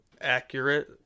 accurate